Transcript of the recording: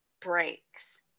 breaks